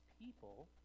people